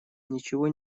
ничего